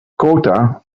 kota